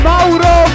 Mauro